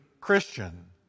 Christian